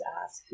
ask